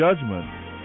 judgment